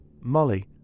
Molly